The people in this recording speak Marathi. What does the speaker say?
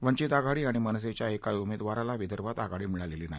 वंचित आघाडी आणि मनसेच्या एकाही उमेदवाराला आघाडी मिळालेली नाही